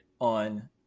on